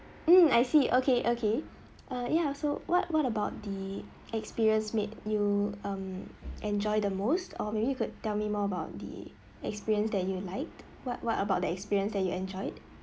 mm I see okay okay err ya so what what about the experience made you um enjoy the most or maybe you could tell me more about the experience that you liked what what about the experience that you enjoyed